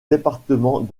département